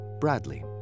Bradley